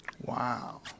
Wow